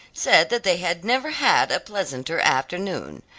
said that they had never had a pleasanter afternoon.